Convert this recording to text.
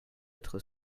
être